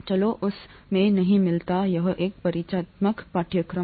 चलो उस में नहीं मिलता है यह एक परिचयात्मक पाठ्यक्रम है